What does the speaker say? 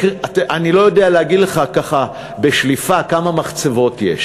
אני לא יודע להגיד לך ככה בשליפה כמה מחצבות יש